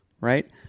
right